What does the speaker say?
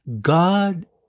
God